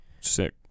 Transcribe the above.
Sick